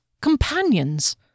Companions